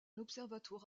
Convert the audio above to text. observatoire